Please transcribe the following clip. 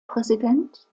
präsident